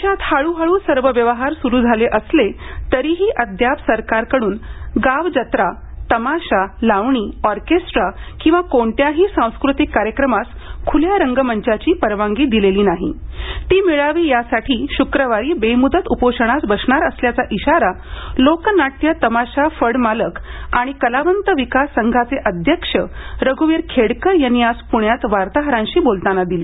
राज्यात हळूहळू सर्व व्यवहार सुरू झाले असले तरीही अद्याप सरकारकडून गावजत्रा तमाशा लावणी ऑर्केस्ट्रा किंवा कोणत्याही सांस्कृतिक कार्यक्रमास खुल्या रंगमंचाची परवानगी मिळाली नाही ती मिळावी यासाठी श्क्रवारी बेमुदत उपोषणास बसणार असल्याचा इशारा लोकनाट्य तमाशा फडमालक आणि कलावंत विकास संघाचे अध्यक्ष रघुवीर खेडकर यांनी आज पुण्यात वार्ताहरांशी बोलताना दिला